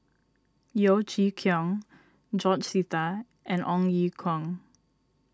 Yeo Chee Kiong George Sita and Ong Ye Kung